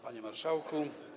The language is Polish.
Panie Marszałku!